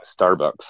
Starbucks